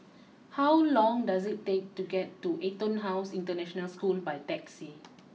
how long does it take to get to EtonHouse International School by taxi